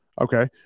Okay